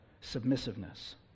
submissiveness